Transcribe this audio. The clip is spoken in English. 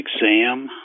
exam